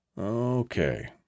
Okay